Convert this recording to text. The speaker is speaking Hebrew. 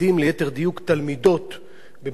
במערכת החינוך של מדינת ישראל,